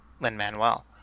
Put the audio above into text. Lin-Manuel